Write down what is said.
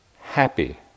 happy